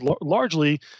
largely